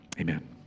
amen